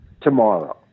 tomorrow